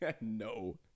No